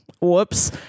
Whoops